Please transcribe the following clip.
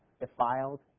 defiled